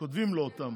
שכותבים לו אותם,